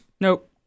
Nope